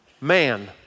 man